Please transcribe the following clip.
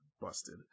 busted